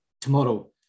tomorrow